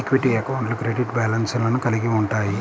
equity అకౌంట్లు credit బ్యాలెన్స్లను కలిగి ఉంటయ్యి